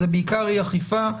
זה בעיקר אי-אכיפה.